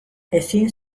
ezin